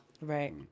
Right